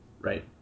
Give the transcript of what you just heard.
Right